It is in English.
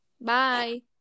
Bye